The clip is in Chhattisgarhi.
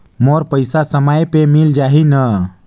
मोर पइसा समय पे मिल जाही न?